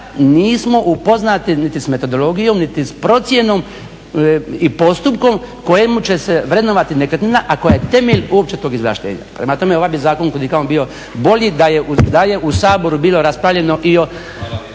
nismo upoznati niti sa metodologijom, niti s procjenom i postupkom kojemu će se vrednovati nekretnina, a koja je temelj uopće tog izvlaštenja. Prema tome, ovaj bi zakon kud i kamo bio bolji da je u Saboru bilo raspravljeno i o